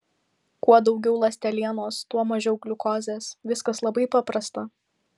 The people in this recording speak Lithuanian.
kuo daugiau ląstelienos tuo mažiau gliukozės viskas labai paprasta